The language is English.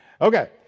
Okay